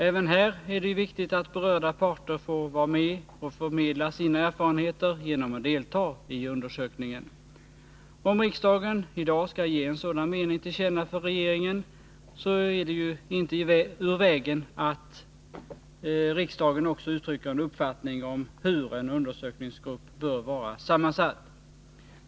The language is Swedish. Även här är det ju viktigt att berörda parter får vara med och förmedla sina erfarenheter genom att delta i undersökningen. Om riksdagen i dag skall ge en sådan mening till känna för regeringen, är det ju inte obefogat att riksdagen också uttrycker en uppfattning om hur en undersökningsgrupp bör vara sammansatt.